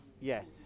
Yes